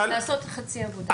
זה לעשות חצי עבודה.